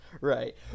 Right